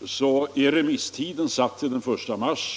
—-:utgår remisstiden den 1 mars.